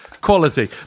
Quality